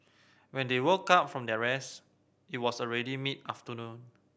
when they woke up from their rest it was already mid afternoon